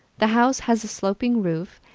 the house has a sloping roof,